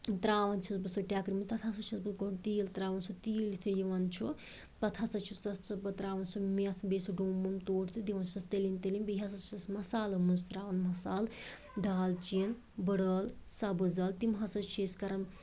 تراوان چھَس بہٕ سُہ ٹٮ۪کرِ منٛز تَتھ ہسا چھَس بہٕ گۄڈٕ تیٖل تراوان سُہ تیٖل یُتھٕے یِوان چھُ پتہٕ ہسا چھُس تَتھ سُہ بہٕ تراوان سُہ میتھ بیٚیہِ سُہ ڈوٚم ووٚم تور تہٕ دِوان چھِسس تٔلِنۍ تٔلِنۍ بیٚیہِ ہسا چھِسس مصالَو منٛز تراوَن مصالہٕ دالچیٖن بٔڑٕ عٲل سبز عٲل تِم ہسا چھِ أسۍ کران